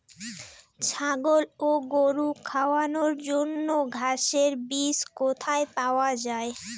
ছাগল ও গরু খাওয়ানোর জন্য ঘাসের বীজ কোথায় পাওয়া যায়?